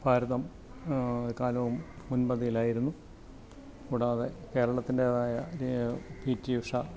ഭാരതം എക്കാലവും മുൻപന്തിയിലായിരുന്നു കൂടാതെ കേരളത്തിന്റേതായ പി ടി ഉഷ